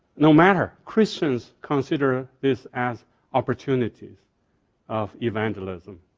no matter christians consider this as opportunity of evangelism.